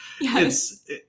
Yes